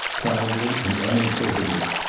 kindly and uninquisitive.